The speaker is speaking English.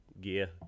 gear